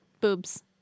Boobs